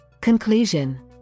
Conclusion